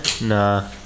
Nah